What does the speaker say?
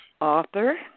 author